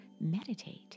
meditate